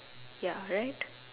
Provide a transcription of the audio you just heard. ya right